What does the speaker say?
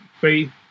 faith